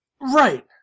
Right